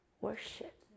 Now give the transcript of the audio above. worship